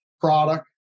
product